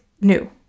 new